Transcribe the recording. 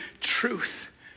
truth